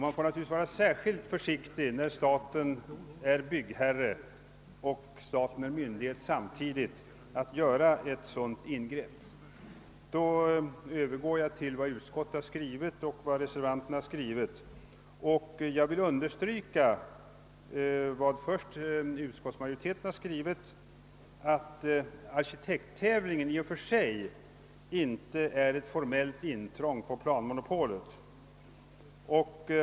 Man får naturligtvis vara särskilt försiktig med att göra ett sådant ingrepp när staten samtidigt är både byggherre och myndighet. Jag övergår nu till att kommentera vad utskottet och reservanterna skrivit. Jag vill först understryka utskottsmajoritetens uttalande att arkitekttävlingen i och för sig inte är ett formellt intrång i planmonopolet.